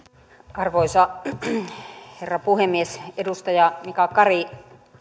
arvoisa herra puhemies edustaja mika kari